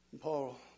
Paul